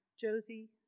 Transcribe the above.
Josie